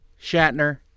Shatner